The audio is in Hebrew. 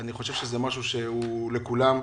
אני חושב שזה משהו שהוא נגע בכולם.